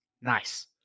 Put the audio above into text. Nice